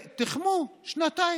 תחמו, שנתיים.